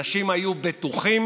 אנשים היו בטוחים,